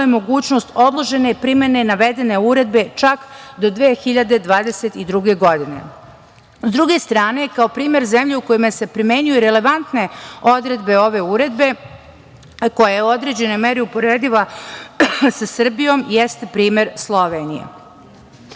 mogućnost odložene primedbe navedene uredbe čak do 2022. godine. Sa druge strane, kao primer zemlje u kojoj se primenjuju relevantne odredbe ove uredbe, koja je u određenoj meri uporediva sa Srbijom, jeste primer Slovenija.U